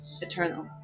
eternal